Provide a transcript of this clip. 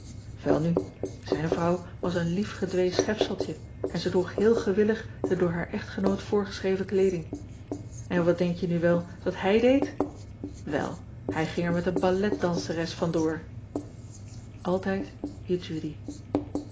elnu zijn vrouw was een lief gedwee schepseltje en ze droeg heel gewillig de door haar echtgenoot voorgeschreven kleeding n wat denk je nu wel dat hij deed el hij ging er met een balletdanseres vandoor ltijd e udy